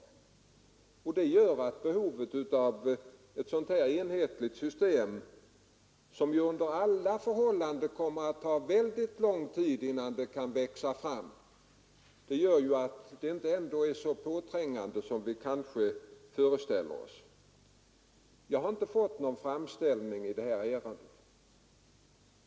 Det gör att behovet av ett enhetligt system — som under alla förhållanden kommer att ta väldigt lång tid för att växa fram — inte är så påträngande som vi kanske föreställer oss. Jag har inte fått någon framställning i detta ärende.